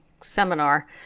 seminar